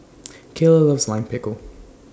Keyla loves Lime Pickle